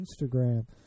Instagram